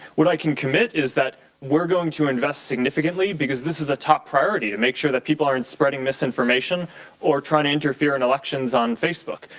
what i can commit is we're going to invest significantly because this is a top priority and make sure that people aren't spreading misinformation or try to interfere in elections on facebook.